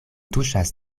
tuŝas